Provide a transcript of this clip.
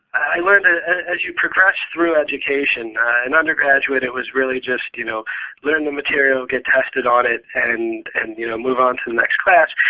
i learned that and as you progress through education in undergraduate, it was really just you know learn the material, get tested on it, and and and you know move on to the next class.